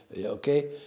okay